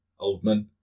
Oldman